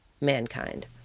mankind